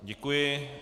Děkuji.